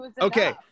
okay